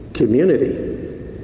community